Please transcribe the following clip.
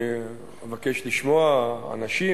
אני אבקש לשמוע אנשים,